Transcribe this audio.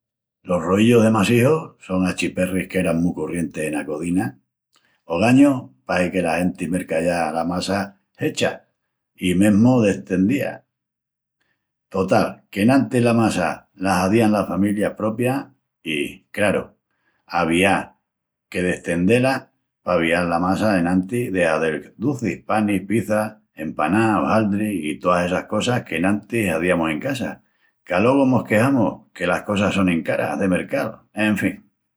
Los roíllus de massiju son achiperris qu'eran mu corrientis ena cozina. Ogañu pahi que la genti merca ya la massa hecha i mesmu destendía. Total, qu'enantis la massa la hazían las familias propias i, craru, aviá que destendé-la pa avial la massa enantis de hazel ducis, panis, pizzas, empanás, ojaldris i toas essas cosas qu'enantis haziamus en casa, qu'alogu mos quexamus que las cosas sonin caras de mercal. En fin...